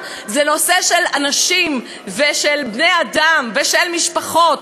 זה נושא של אנשים ושל בני-אדם ושל משפחות.